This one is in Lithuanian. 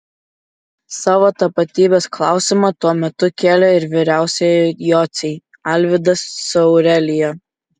savo tapatybės klausimą tuo metu kėlė ir vyriausieji jociai alvydas su aurelija